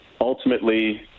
ultimately